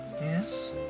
Yes